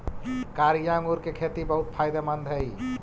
कारिया अंगूर के खेती बहुत फायदेमंद हई